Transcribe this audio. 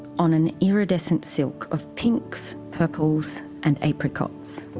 on an iridescent silk of pinks, purples, and apricots.